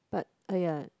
but !aiya!